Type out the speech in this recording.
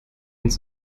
ins